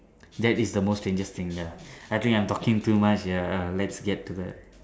that is the most strangest thing ya I think I'm talking too much ya let's get to the